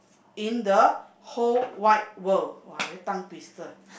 in the whole wide world !wah! very tongue twister